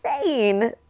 insane